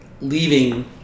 leaving